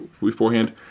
beforehand